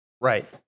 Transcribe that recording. Right